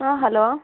ಹಾಂ ಹಲೋ